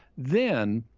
then,